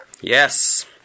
Yes